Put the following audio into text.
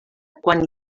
quan